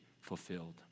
fulfilled